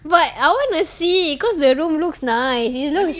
but I wanna see cause the room looks nice you k~